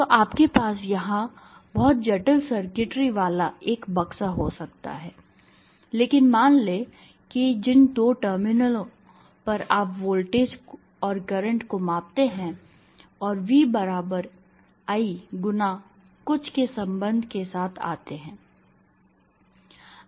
तो आपके पास यहां बहुत जटिल सर्किटरी वाला एक बक्सा हो सकता है लेकिन मान लें कि जिन टर्मिनलों पर आप वोल्टेज और करंट को मापते हैं और V बराबर I गुना कुछ के संबंध के साथ आते हैं